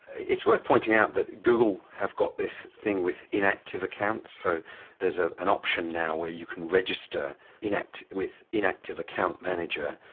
it's worth pointing out that google have got this thing with inactive accounts. so there's ah an option now where you can register with inactive account manager,